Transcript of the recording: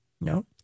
no